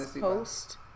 post